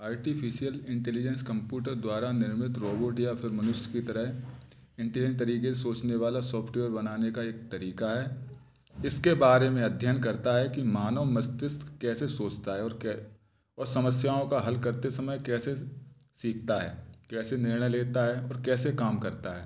artificial intelligence computer द्वारा निर्मित robot या फिर मनुष्य की तरेह इंटेन तरीके से सोचने वाला सॉफ्टवेयर बनाने का एक तरीका है इसके बारे में अध्ययन करता है कि मानव मस्तिष्क कैसे सोचता है और कै और समस्याओं का हल करते समय कैसे सीखता है कैसे निर्णय लेता है और कैसे काम करता है